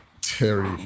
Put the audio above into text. Terry